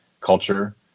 culture